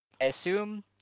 assume